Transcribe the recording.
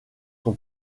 son